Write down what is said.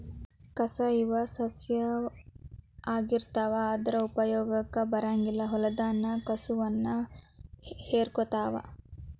ಕಸಾ ಇವ ಸಸ್ಯಾ ಆಗಿರತಾವ ಆದರ ಉಪಯೋಗಕ್ಕ ಬರಂಗಿಲ್ಲಾ ಹೊಲದಾನ ಕಸುವ ಹೇರಕೊತಾವ